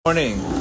Morning